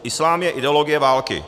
Islám je ideologie války.